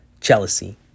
jealousy